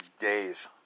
days